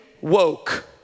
woke